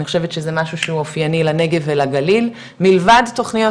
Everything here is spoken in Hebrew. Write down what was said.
אני חושבת שזה משהו שהוא אופייני לנגב ולגליל מלבד תוכניות